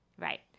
Right